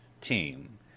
team